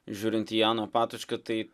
žiūrint į janą patočką tai